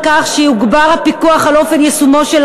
כך שיוגבר הפיקוח על אופן יישומו של